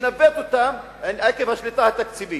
שמנווט אותם עקב השליטה התקציבית.